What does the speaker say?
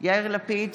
יאיר לפיד,